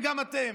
וגם אתם.